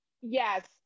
yes